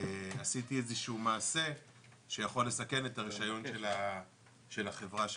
עשיתי איזשהו מעשה שיכול לסכן את הרישיון של החברה שלנו.